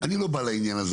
אני לא בא לעניין הזה,